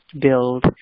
build